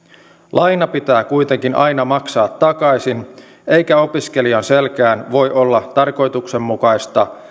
laina pitää kuitenkin aina maksaa takaisin eikä opiskelijan selkään voi olla tarkoituksenmukaista